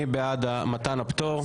מי בעד מתן הפטור?